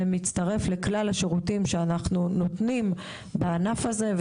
זה מצטרף לכלל השירותים שאנחנו נותנים בענף הזה;